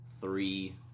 three